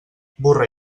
burra